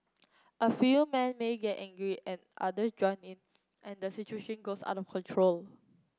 a few man may get angry and others join in and the situation goes out of control